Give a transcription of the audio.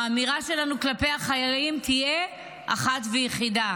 האמירה שלנו כלפי החיילים תהיה אחת ויחידה: